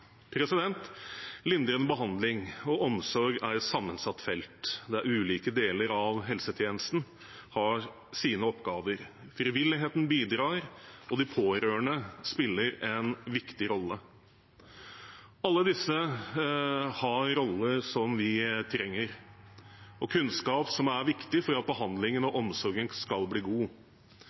behandling og omsorg er et sammensatt felt der ulike deler av helsetjenesten har sine oppgaver. Frivilligheten bidrar, og de pårørende spiller en viktig rolle. Alle disse har roller vi trenger, og kunnskap som er viktig for at behandlingen og omsorgen skal bli god.